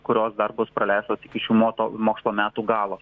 kurios dar bus praleistos iki šių moto mokslo metų galo